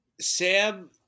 Sam